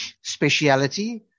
speciality